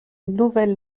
nouvelle